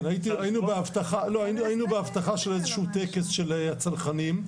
היינו שם באבטחה של איזה שהוא טקס של הצנחנים,